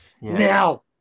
Now